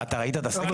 אתה ראית את הסקר?